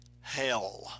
hell